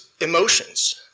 emotions